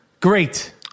Great